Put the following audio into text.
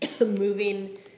moving